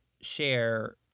share